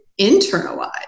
internalize